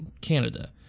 Canada